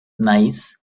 gneiss